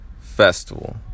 Festival